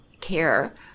care